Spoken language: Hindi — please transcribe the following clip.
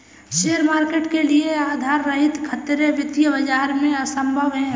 शेयर मार्केट के लिये आधार रहित खतरे वित्तीय बाजार में असम्भव हैं